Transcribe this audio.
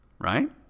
right